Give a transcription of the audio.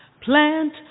Plant